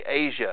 Asia